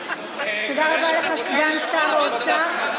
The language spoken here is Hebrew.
תודה רבה לך, סגן שר האוצר.